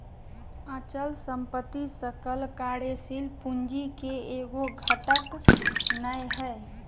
अचल संपत्ति सकल कार्यशील पूंजी के एगो घटक नै हइ